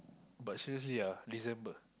but seriously ah December